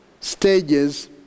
stages